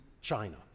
China